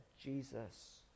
Jesus